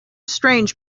strange